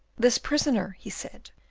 this prisoner, he said,